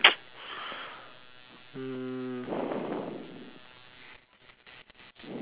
mm